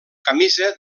camisa